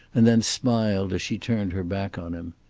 and then smiled as she turned her back on him.